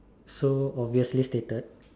so obviously stated